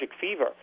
fever